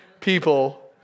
people